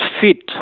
fit